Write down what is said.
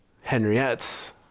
Henriette's